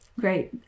great